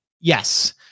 yes